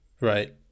Right